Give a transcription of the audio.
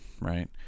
right